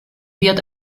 wird